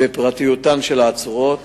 בפרטיותן של העצורות.